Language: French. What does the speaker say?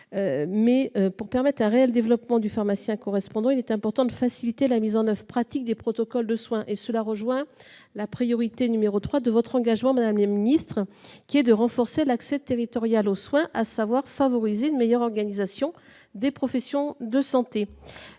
soins. Pour permettre un réel développement du pharmacien correspondant, il est important de faciliter la mise en oeuvre pratique des protocoles de soins. Cela rejoint la priorité n° 3 de votre engagement, madame la ministre, qui est de renforcer l'accès territorial aux soins, c'est-à-dire de favoriser une meilleure organisation des professions de santé.